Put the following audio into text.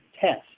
test